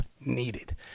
needed